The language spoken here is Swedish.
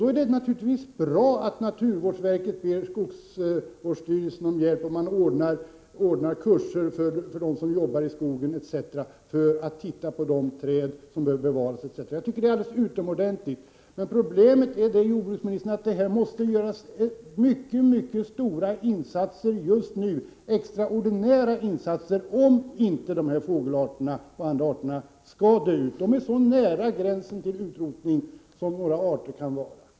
Då är det naturligtvis bra att naturvårdsverket ber skogsvårdsstyrelsen om hjälp och att man ordnar kurser för dem som jobbar i skogen så att de skall kunna titta på de träd som bör bevaras. Jag tycker att det är alldeles utomordentligt. Men problemet är, jordbruksministern, att det måste göras mycket stora, ja extraordinära, insatser just nu om inte dessa fågelarter och vissa djurarter skall dö ut. De är så nära gränsen till utrotning som några arter kan vara.